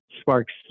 Sparks